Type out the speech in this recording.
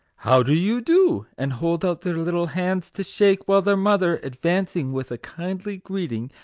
how do you do? and hold out their little hands to shake while their mother, advancing with a kindly greeting,